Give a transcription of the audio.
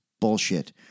bullshit